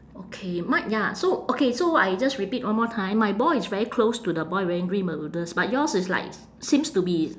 okay my ya so okay so I just repeat one more time my ball is very close to the boy wearing green bermudas but yours is like seems to be